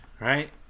right